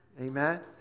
Amen